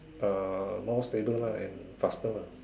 uh more stable lah and faster lah